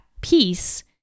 peace